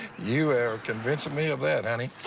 you are convincing me of that, honey.